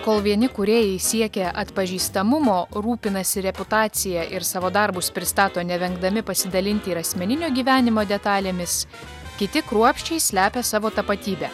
kol vieni kūrėjai siekia atpažįstamumo rūpinasi reputacija ir savo darbus pristato nevengdami pasidalinti ir asmeninio gyvenimo detalėmis kiti kruopščiai slepia savo tapatybę